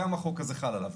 גם החוק הזה חל עליו.